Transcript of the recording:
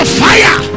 fire